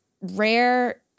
rare